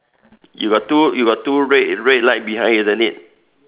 you got two you got two red red light behind isn't it